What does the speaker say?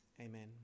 Amen